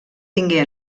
tingué